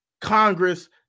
Congress